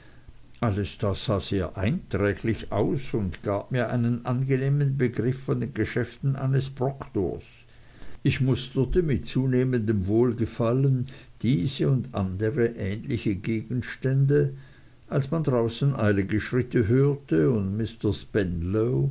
alles das sah sehr einträglich aus und gab mir einen angenehmen begriff von den geschäften eines proktors ich musterte mit zunehmendem wohlgefallen diese und andere ähnliche gegenstände als man draußen eilige schritte hörte und mr